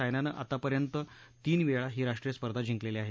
सायनानं आतापर्यंत तीन वेळा ही राष्ट्रीय स्पर्धा जिंकलेली आहे